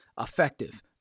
effective